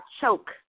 choke